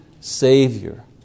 Savior